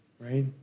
right